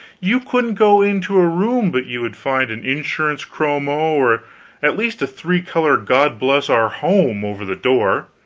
you couldn't go into a room but you would find an insurance-chromo, or at least a three-color god-bless-our-home over the door